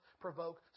provoke